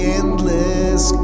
endless